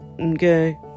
Okay